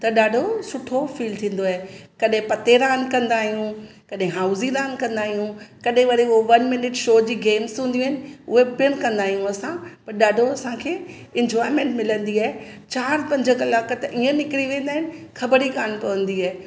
त ॾाढो सुठो फ़ील थींदो आहे कॾहिं पते रांदि कंदा आहियूं कॾहिं हाउज़ी रांदि कंदा आहियूं कॾहिं वरी उहो वन मिनिट शो जी गेम्स हूंदियूं आहिनि उहे पिणि कंदा आहियूं असां पर ॾाढो असांखे इंजॉयमेंट मिलंदी आहे चार पंज कलाक त इअं निकिरी वेंदा आहिनि ख़बर ई कान पवंदी आहे